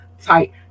tight